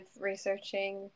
researching